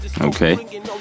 Okay